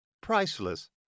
Priceless